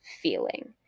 feeling